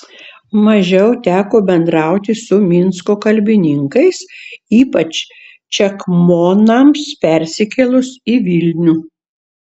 mažiau teko bendrauti su minsko kalbininkais ypač čekmonams persikėlus į vilnių